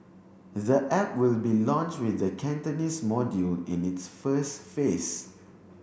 the app will be launch with the Cantonese module in its first phase